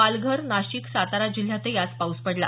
पालघर नाशिक सातारा जिल्ह्यातही आज पाऊस पडला